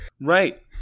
Right